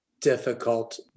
difficult